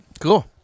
Cool